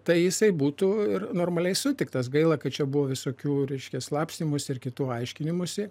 tai jisai būtų ir normaliai sutiktas gaila kad čia buvo visokių reiškia slapstymųsi ir kitų aiškinimųsi